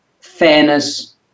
fairness